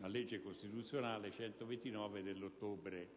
la legge costituzionale n. 3 del 29 ottobre